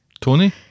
Tony